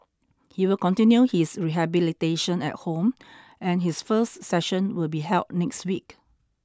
he will continue his rehabilitation at home and his first session will be held next week